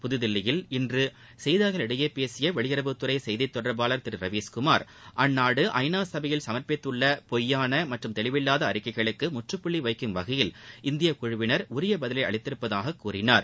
புதுதில்லியில் இன்று செய்தியாளர்களிடம் பேசிய வெளியுறவுத்துறை செய்தி தொடர்பாளர் திரு ரவீஸ் குமார் அந்நாடு ஐநா சடையில் சுர்ப்பித்துள்ள பொய்யான மற்றும் தெளிவில்வாத அறிக்கைகளுக்கு முற்றுப்புள்ளி வைக்கும் வகையில் இந்திய குழுவினர் உரிய பதிலை அளித்திருப்பதாக கூறினார்